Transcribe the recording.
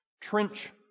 Trench